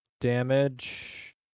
damage